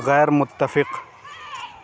غیر متفق